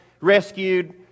rescued